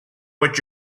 what